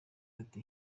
ati